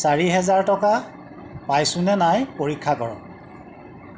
চাৰি হেজাৰ টকা পাইছোঁনে নাই পৰীক্ষা কৰক